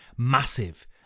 Massive